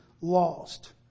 lost